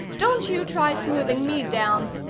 don't you try smoothing me down,